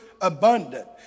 abundant